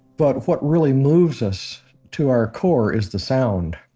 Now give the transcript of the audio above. but what really moves us to our core is the sound.